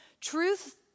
Truth